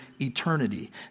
eternity